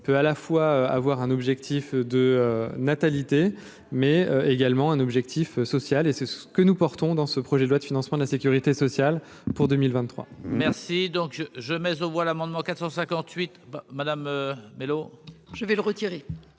peut à la fois avoir un objectif de natalité mais également un objectif social et c'est ce que nous portons dans ce projet de loi de financement de la Sécurité sociale pour 2023 merci. Si donc je, je, mais aux voix l'amendement 458 Madame Mellow je vais le retirer